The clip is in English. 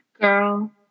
Girl